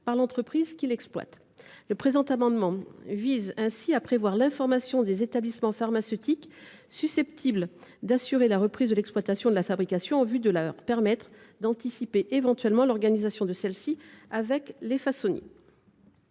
par l’entreprise qui l’exploite. Par conséquent, il convient de prévoir l’information des établissements pharmaceutiques susceptibles d’assurer la reprise de l’exploitation ou de la fabrication, en vue de leur permettre d’anticiper l’organisation de celle ci avec les façonniers.